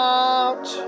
out